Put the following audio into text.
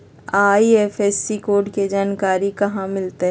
IFSC code के जानकारी कहा मिलतई